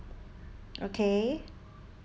okay